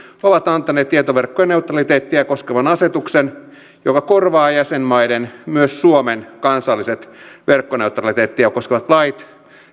ovat antaneet tietoverkkojen neutraliteettia koskevan asetuksen joka korvaa jäsenmaiden myös suomen kansalliset verkkoneutraliteettia koskevat lait